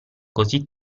così